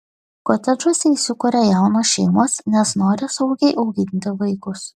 kotedžuose įsikuria jaunos šeimos nes nori saugiai auginti vaikus